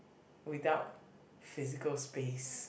without physical space